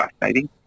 fascinating